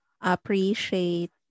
appreciate